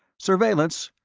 surveillance?